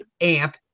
amp